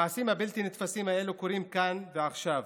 המעשים הבלתי-נתפסים האלה קורים כאן ועכשיו,